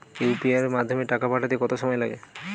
UPI এর মাধ্যমে টাকা পাঠাতে কত সময় লাগে?